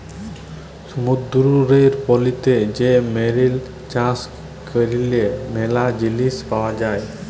সমুদ্দুরের পলিতে যে মেরিল চাষ ক্যরে ম্যালা জিলিস পাওয়া যায়